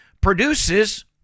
produces